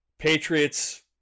Patriots